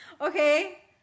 okay